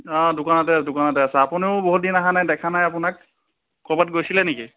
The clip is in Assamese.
অঁ দোকানতে দোকানতে আছোঁ আপুনিও বহুত দিন অহা নাই দেখা নাই আপোনাক ক'ৰবাত গৈছিলে নেকি